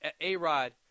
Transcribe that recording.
A-Rod